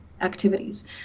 activities